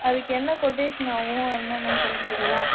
அதுக்கு என்ன கொட்டேஷன் ஆகும் என்னன்னு சொல்ல முடியுங்களா